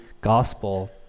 gospel